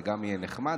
גם זה יהיה נחמד.